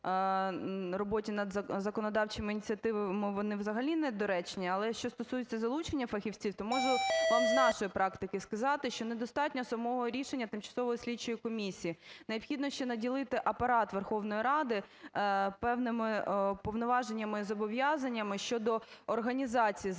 роботі над законодавчими ініціативами, вони взагалі недоречні. Але, що стосується залучення фахівців, то може вам з нашої практики сказати, що недостатньо самого рішення тимчасової слідчої комісії. Необхідно ще наділити Апарат Верховної Ради певними повноваженнями і зобов'язаннями щодо організації залучення